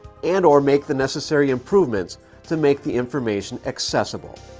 and or make the necessary improvements to make the information accessible.